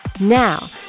Now